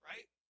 Right